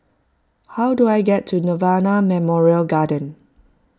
how do I get to Nirvana Memorial Garden